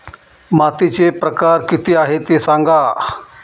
मातीचे प्रकार किती आहे ते सांगा